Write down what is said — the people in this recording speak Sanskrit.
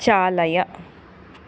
चालय